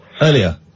earlier